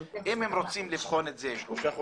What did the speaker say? אם הם רוצים לבחון את זה שלושה חודשים,